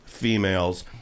Females